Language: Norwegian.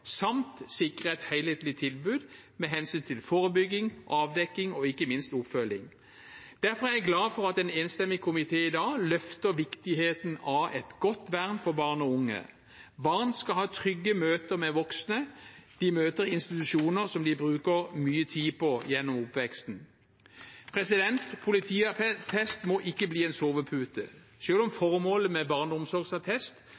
samt sikre et helhetlig tilbud med hensyn til forebygging, avdekking og ikke minst oppfølging. Derfor er jeg glad for at en enstemmig komité i dag løfter viktigheten av et godt vern for barn og unge. Barn skal ha trygge møter med voksne de møter i institusjoner som de bruker mye tid på gjennom oppveksten. Politiattest må ikke bli en sovepute. Selv om